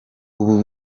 ubu